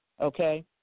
okay